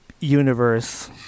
universe